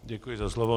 Děkuji za slovo.